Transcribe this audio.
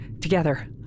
Together